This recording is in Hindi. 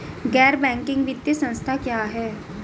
गैर बैंकिंग वित्तीय संस्था क्या है?